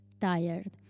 tired